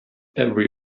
every